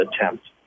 attempt